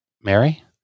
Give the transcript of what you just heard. Mary